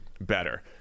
better